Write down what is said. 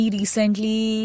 recently